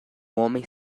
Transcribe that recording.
homem